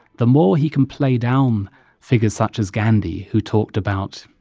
the more he can play down figures such as gandhi, who talked about,